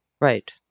Right